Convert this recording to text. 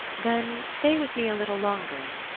then stay with me a little longer,